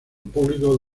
público